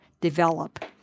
develop